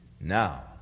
Now